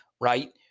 right